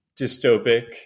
dystopic